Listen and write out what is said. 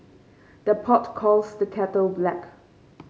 the pot calls the kettle black